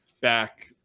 back